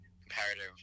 comparative